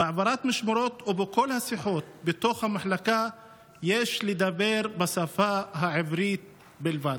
בהעברת משמרות ובכל השיחות בתוך המחלקה יש לדבר בשפה העברית בלבד.